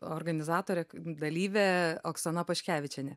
organizatorė dalyvė oksana paškevičienė